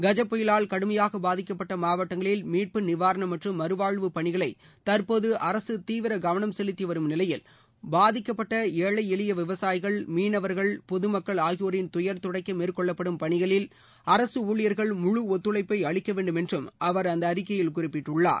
கஜா புயலால் கடுமையாக பாதிக்கப்பட்ட மாவட்டங்களில் மீட்பு நிவாரணம் மற்றும் மறுவாழ்வு பணிகளை தற்போது அரசு தீவிர கவனம் செலுத்திவரும் நிலையில் பாதிக்கப்பட்ட ஏழை எளிய விவசாயிகள் மீனவர்கள் பொதுமக்கள் ஆகியோரின் துயர் துடைக்க மேற்கொள்ளப்படும் பனிகளில் அரசு ஊழியர்கள் முழு ஒத்தழைப்பு அளிக்க வேண்டும் என்றும் அவர் அந்த அறிக்கையில் குறிப்பிட்டுள்ளார்